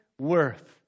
worth